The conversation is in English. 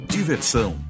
Diversão